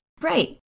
Right